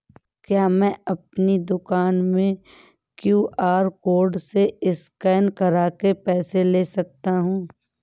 क्या मैं अपनी दुकान में क्यू.आर कोड से स्कैन करके पैसे ले सकता हूँ?